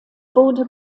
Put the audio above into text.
wurde